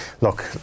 look